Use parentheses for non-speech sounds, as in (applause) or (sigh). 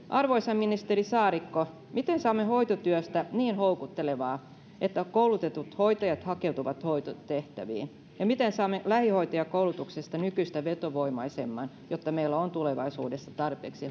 arvoisa ministeri saarikko miten saamme hoitotyöstä niin houkuttelevaa että koulutetut hoitajat hakeutuvat hoitotehtäviin ja miten saamme lähihoitajakoulutuksesta nykyistä vetovoimaisemman jotta meillä on tulevaisuudessa tarpeeksi (unintelligible)